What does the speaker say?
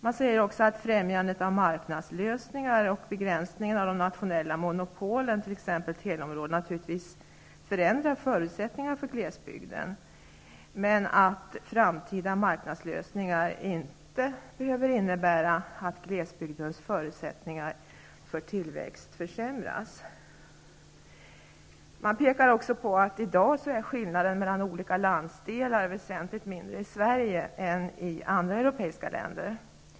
Man säger också att främjandet av marknadslösningar och begränsningar av de nationella monopolen, t.ex. på teleområdet, naturligtvis förändrar förutsättningarna för glesbygden, men att framtida marknadslösningar inte behöver innebära att glesbygdens förutsättningar för tillväxt försämras. Man pekar i utredningen också på att skillnaderna mellan olika landsdelar i dag är väsentligt mindre i Sverige än i andra europeiska länder.